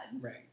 Right